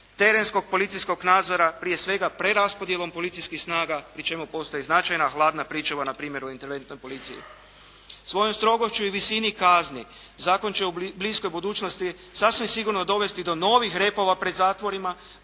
terenskog policijskog nadzora, prije svega preraspodjelom policijskih snaga pri čemu postoji značajna hladna pričuva na primjer u interventnoj policiji. Svojom strogošću i visini kazni zakon će u bliskoj budućnosti sasvim sigurno dovesti do novih repova pred zatvorima,